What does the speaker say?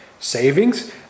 savings